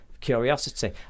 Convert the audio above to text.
curiosity